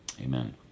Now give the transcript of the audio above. Amen